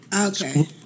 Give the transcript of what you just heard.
Okay